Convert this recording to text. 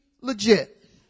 legit